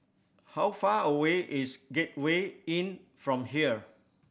how far away is Gateway Inn from here